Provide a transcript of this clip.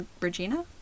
regina